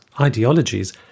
ideologies